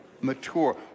mature